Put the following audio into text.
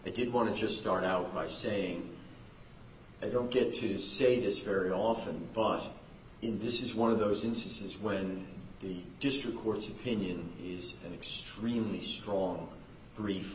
i did want to just start out by saying i don't get to say this very often but in this is one of those instances where in the district court's opinion is an extremely strong brief